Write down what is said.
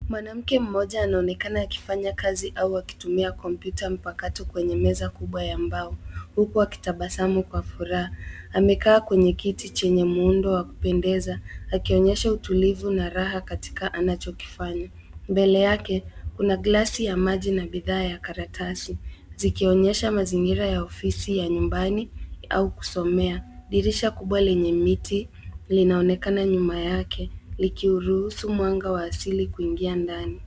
Mwanamke mmoja anaonekana akifanya kazi au akitumia kompyuta mpakato kwenye meza kubwa ya mbao, huku akitabasamu kwa furaha. Amekaa kwenye kiti chenye muundo wa kupendeza akionyesha utulivu na raha katika anachokifanya. Mbele yake, kuna gilasi ya maji na bidhaa ya karatasi zikionyesha mazingira ya ofisi ya nyumbani au kusomea. Dirisha kubwa lenye miti linaonekana nyuma yake likiuruhusu mwanga wa asili kuingia ndani.